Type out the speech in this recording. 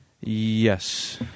Yes